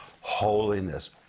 holiness